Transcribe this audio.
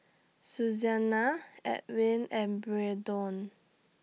Susanna Edwin and Braydon